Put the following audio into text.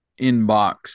inbox